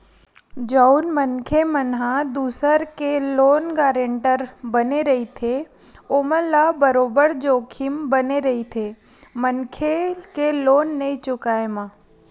जउन मनखे मन ह दूसर के लोन गारेंटर बने रहिथे ओमन ल बरोबर जोखिम बने रहिथे मनखे के लोन नइ चुकाय म